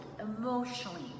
emotionally